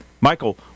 Michael